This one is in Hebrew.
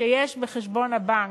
שיש בחשבון הבנק,